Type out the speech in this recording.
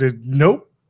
nope